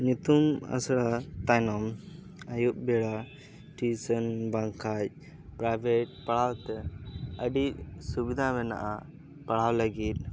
ᱤᱛᱩᱱ ᱟᱥᱲᱟ ᱛᱟᱭᱱᱚᱢ ᱟᱹᱭᱩᱵ ᱵᱮᱲᱟ ᱴᱤᱭᱩᱥᱮᱱ ᱵᱟᱝᱠᱷᱟᱱ ᱯᱨᱟᱭᱵᱷᱮᱹᱴ ᱯᱟᱲᱦᱟᱣ ᱛᱮ ᱟᱹᱰᱤ ᱥᱩᱵᱤᱫᱷᱟ ᱢᱮᱱᱟᱜᱼᱟ ᱯᱟᱲᱦᱟᱣ ᱞᱟᱹᱜᱤᱫ